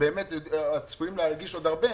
שבאמת צפויים להגיש עוד הרבה,